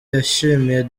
yashimiye